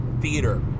theater